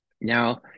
Now